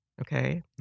okay